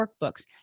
workbooks